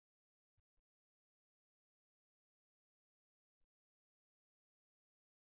కాబట్టి మీరు ఒక చిన్న సెట్ గెట్ స్టబ్ తీసుకుంటే ఈ పొడవు చాలా తక్కువగా ఉంటుంది అప్పుడు మీరు అన్ని వైపులా కదల వచ్చు